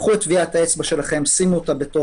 קחו את טביעת האצבע שלכם, שימו בחמר